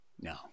no